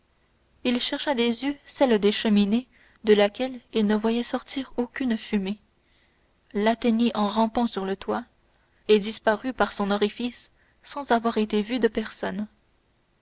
il chercha des yeux celle des cheminées de laquelle il ne voyait sortir aucune fumée l'atteignit en rampant sur le toit et disparut par son orifice sans avoir été vu de personne